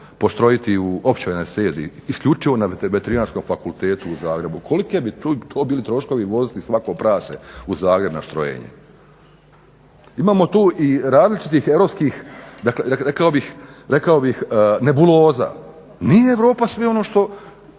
poštrojiti u općoj anesteziji isključivo na Veterinarskom fakultetu u Zagrebu. Koliki bi to bili troškovi voziti svako prase u Zagreb na štrojenje? Imamo tu i različitih europskih rekao bih nebuloza. Nije Europa sve ono što